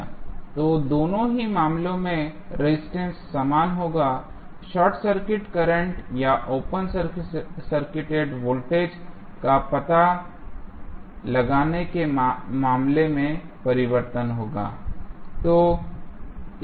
तो दोनों ही मामलों में रेजिस्टेंस समान होगा शॉर्ट सर्किट करंट या ओपन सर्किटेड वोल्टेज का पता लगाने के मामले में परिवर्तन होगा